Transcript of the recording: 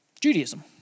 Judaism